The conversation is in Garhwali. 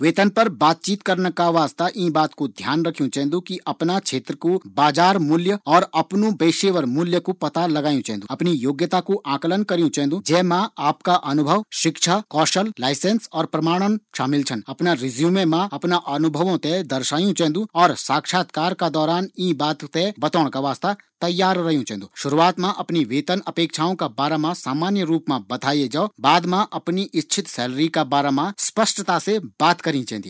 वेतन पर बातचीत करन का वास्ता यीं बात कू ध्यान रखियु चैन्दु कि अपणा क्षेत्र कू बाजार मूल्य, अपणा पेशेवर मूल्य कू पता लगायूँ चैन्दू। अपणी योग्यता कू आकलन करियूँ चैन्दू। जै मा आपका अनुभव शिक्षा, कौशल, लाइसेंस और प्रमाणन शामिल छन। अपणा रिज्यूमे मा अपणा अनुभवों थें दर्शायूँ चैन्दू। और साक्षात्कार मा यूँ बातों थें बतोण का वास्ता तैयार रयूँ चैन्दू। शुरुआत मा अपणी वेतन संबंधी अपेक्षाओं का बाराम सामान्य रूप मा बताये जौ। बाद मा अपणी इच्छित सैलरी का बाराम स्पष्टता से बात करी चैन्दी।